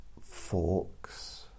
forks